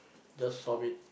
just solve it